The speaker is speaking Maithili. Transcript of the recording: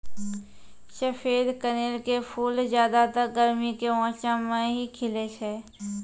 सफेद कनेल के फूल ज्यादातर गर्मी के मौसम मॅ ही खिलै छै